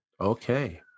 Okay